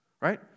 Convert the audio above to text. Right